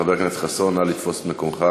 חבר הכנסת חסון, נא לתפוס את מקומך